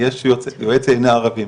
- יועץ ענייני ערבים,